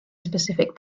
specific